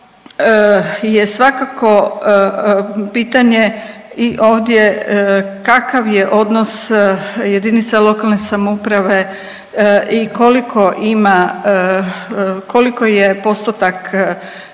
je svakako pitanje i ovdje kakav je odnos jedinice lokalne samouprave i koliko ima,